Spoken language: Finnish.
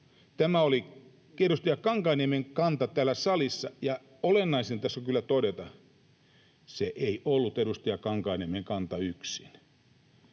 Tämä oli edustaja Kankaanniemen kanta täällä salissa, ja olennaisinta tässä on kyllä todeta, että se ei ollut edustaja Kankaanniemen kanta yksin.